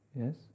Yes